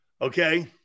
Okay